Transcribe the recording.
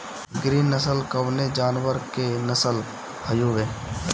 गिरी नश्ल कवने जानवर के नस्ल हयुवे?